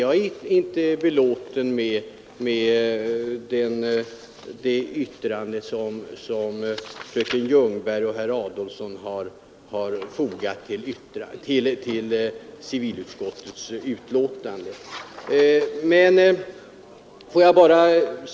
Jag är inte belåten med det yttrande som fröken Ljungberg och herr Adolfsson fogat till civilutskottets betänkande.